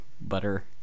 butter